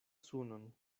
sunon